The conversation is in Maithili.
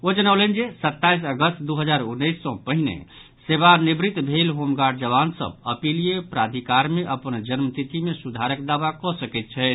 ओ जनौलनि जे सताईस अगस्त दू हजार उन्नैस सॅ पहिने सेवानिवृत्त भेल होमगार्ड जवान सभ अपीलीय प्राधिकार मे अपन जन्मतिथि मे सुधारक दावा कऽ सकैत छथि